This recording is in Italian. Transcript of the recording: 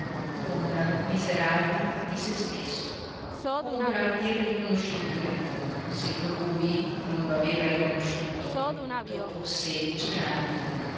l'ombra miserabile di se stesso ombra irriconoscibile se colui non lo aveva riconosciuto dopo sedici anni